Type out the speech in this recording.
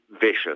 vicious